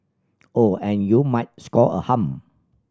oh and you might score a hum